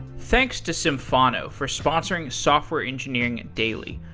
thanks to symphono for sponsoring software engineering daily.